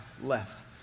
left